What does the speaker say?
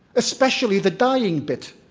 especially the dying bit.